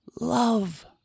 love